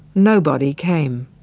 nobody came.